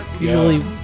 Usually